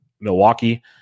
Milwaukee